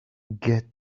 get